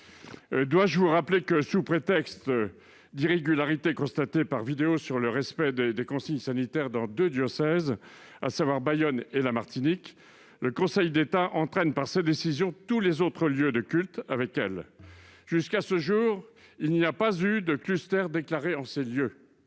Dois-je vous rappeler que sous prétexte d'irrégularités constatées par vidéo sur le respect des consignes sanitaires dans deux diocèses, à savoir Bayonne et la Martinique, le Conseil d'État englobe dans sa décision tous les autres lieux de culte ? Jusqu'à ce jour, il n'y a pas eu de cluster déclaré en ces lieux.